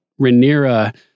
Rhaenyra